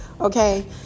okay